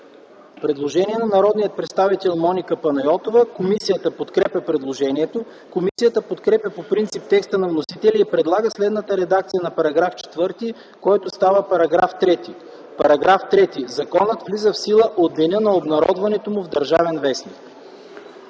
Предложение на народния представител Моника Панайотова. Комисията подкрепя предложенията. Комисията подкрепя по принцип текста на вносителя и предлага следната редакция на § 4, който става § 3: „§ 3. Законът влиза в сила от деня на обнародването му в „Държавен вестник”.”